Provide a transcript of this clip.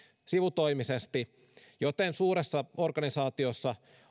sivutoimisesti joten suuressa organisaatiossa